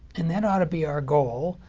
and that ought to be our goal.